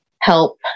help